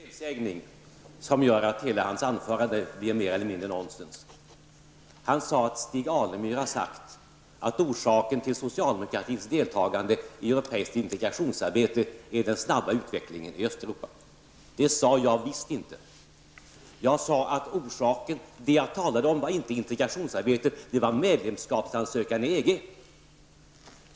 Herr talman! Nic Grönvall gjorde en felsägning som gör att hela hans anförande blir mer eller mindre nonsens. Han sade att Stig Alemyr har sagt att orsaken till socialdemokratins deltagande i europeiskt integrationsarbete är den snabba utvecklingen i Östeuropa. Det sade jag visst inte! Vad jag talade om var inte integrationsarbete, utan ansökan om medlemskap i EG.